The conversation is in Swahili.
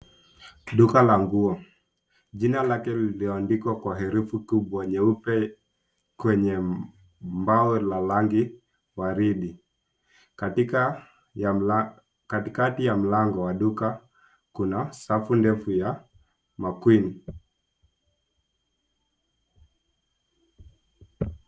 Duka la nguo jina lake lililoandikwa kwa herufi kubwa nyeupe kwenye mbao la rangi waridi. Katikati ya mlango wa duka, kuna safu ndefu ya maquinne .